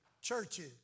churches